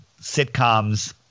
sitcoms